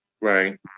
Right